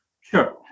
Sure